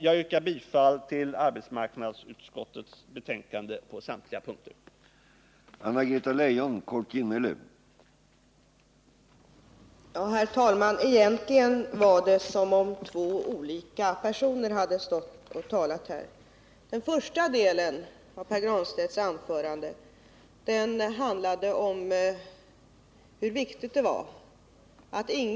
Jag yrkar bifall till arbetsmarknadsutskottets hemställan på samtliga punkter i betänkandet.